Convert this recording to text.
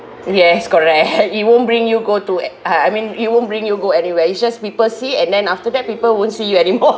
yes correct it won't bring you go to a~ uh I mean it won't bring you go anywhere it's just people see and then after that people won't see you anymore